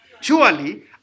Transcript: Surely